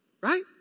Right